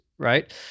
right